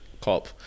cop